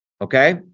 okay